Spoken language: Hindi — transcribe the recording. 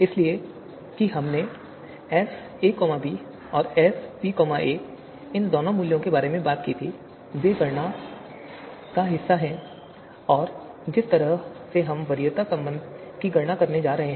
इसलिए जैसा कि हमने एस ए बी और एस बी ए इन दोनों मूल्यों के बारे में बात की थी वे गणना का हिस्सा बनने जा रहे हैं और जिस तरह से हम वरीयता संबंध की गणना करने जा रहे हैं